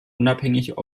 unabhängig